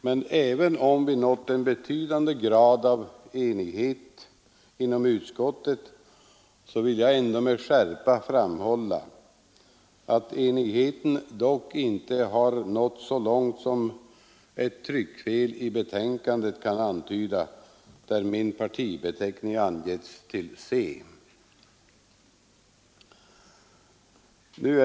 Men även om vi nått en betydande grad av enighet inom utskottet, vill jag med skärpa framhålla att enigheten inte nått så långt som ett tryckfel i betänkandet kan antyda; min partibeteckning anges där till !